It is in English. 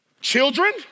Children